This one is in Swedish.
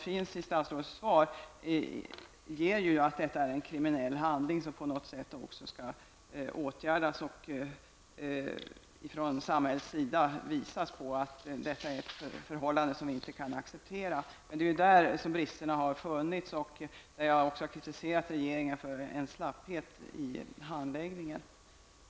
Också statsrådets svar ger vid handen att det rör sig om en kriminell handling som skall åtgärdas och som samhället skall visa att man inte skall acceptera. Det är ju där som bristerna funnits, och jag har i detta sammanhang kritiserat regeringen för en slapphet i handläggningen.